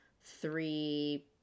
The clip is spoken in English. three